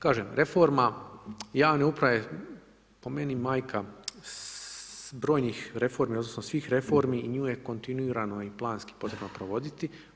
Kažem, reforma javne uprave po meni majka brojnih reformi odnosno svih reformi i nju je kontinuirano i planski potrebno provoditi.